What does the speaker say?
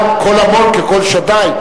גם "קול המון כקול שדי",